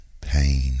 pain